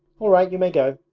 all right, you may go